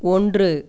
ஒன்று